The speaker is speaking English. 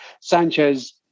Sanchez